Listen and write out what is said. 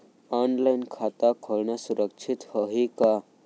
Online खाता खोलना सुरक्षित होही का?